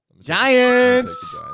Giants